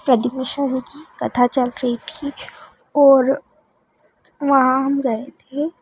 प्रतिभूसा जी की कथा चल रही थी और वहाँ हम गए थे